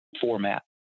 format